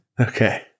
Okay